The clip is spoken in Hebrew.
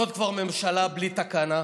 זאת כבר ממשלה בלי תקנה.